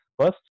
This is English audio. first